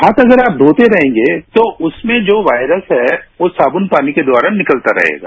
हाथ अगर आप धोते रहेंगे तो उसमें जो वॉयरस है वो साबुन पानी के द्वारा निकलता रहेगा